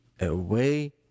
away